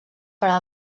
farà